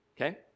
Okay